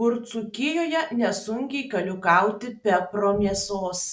kur dzūkijoje nesunkiai galiu gauti bebro mėsos